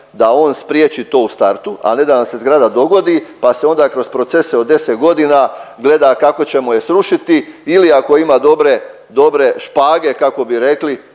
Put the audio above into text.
da on spriječi to u startu, a ne da nam se zgrada dogodi pa se onda kroz procese od 10 godina gleda kako ćemo je srušiti ili ako ima dobre, dobre špage kako bi rekli,